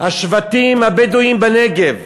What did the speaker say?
השבטים הבדואיים בנגב,